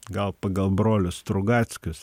gal pagal brolius trugackius